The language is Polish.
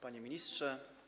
Panie Ministrze!